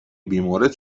بیمورد